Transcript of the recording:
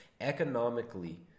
economically